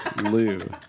Lou